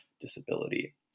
disability